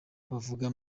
wavuga